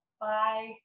Bye